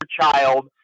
child